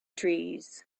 trees